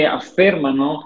affermano